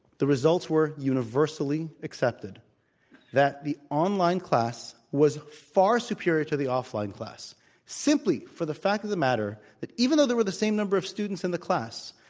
the results were universally accepted that the online class was far superior to the offline class simply for the fact of the matter that even though there were the same number of students in the class,